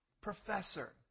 professor